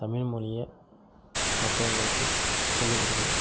தமிழ்மொழியை மற்றவங்களுக்கும் சொல்லிக்கொடுக்கணும்